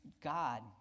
God